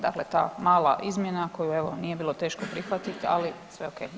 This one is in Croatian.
Dakle, ta mala izmjena koju evo nije bilo teško prihvatiti, ali sve ok.